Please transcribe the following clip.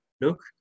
look